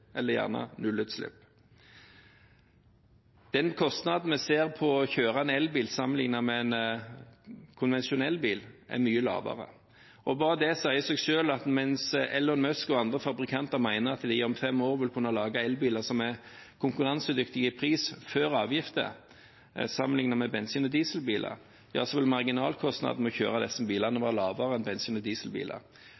eller gjerne nullutslippsbiler. Kostnaden ved å kjøre en elbil er mye lavere sammenlignet med kostnadene ved å kjøre en konvensjonell bil. Da sier det seg selv at når Elon Musk og andre fabrikanter mener at de om fem år vil kunne lage elbiler som er konkurransedyktige i pris, før avgifter, sammenlignet med bensin- og dieselbiler, vil marginalkostnadene ved å kjøre disse bilene